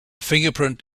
fingerprint